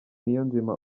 niyonzima